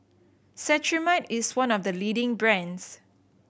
cetrimide is one of the leading brands